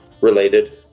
related